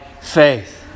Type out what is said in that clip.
faith